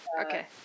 Okay